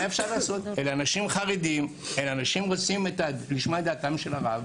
אלה אנשים חרדים שרוצים לשמוע את דעתו של הרב